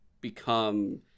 become